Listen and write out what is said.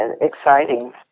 exciting